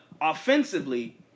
offensively